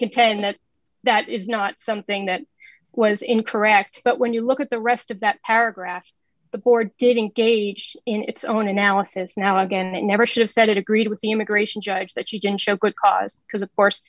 contend that that is not something that was incorrect but when you look at the rest of that paragraph the board did engage in its own analysis now again it never should have said it agreed with the immigration judge that she didn't show quick cause because of course